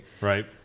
right